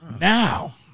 Now